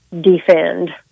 defend